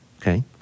okay